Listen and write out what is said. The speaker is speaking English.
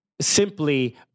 simply